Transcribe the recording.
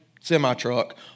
semi-truck